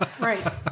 Right